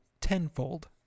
tenfold